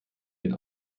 den